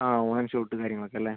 ആ ഓണം ഷൂട്ട് കാര്യങ്ങളൊക്കെ അല്ലേ